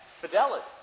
fidelity